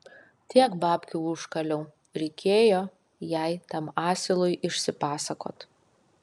tiek babkių užkaliau reikėjo jai tam asilui išsipasakot